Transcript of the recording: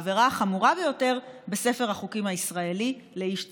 העבירה החמורה ביותר בספר החוקים הישראלי לאיש ציבור.